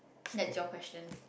that's your question